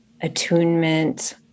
attunement